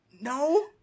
No